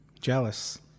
jealous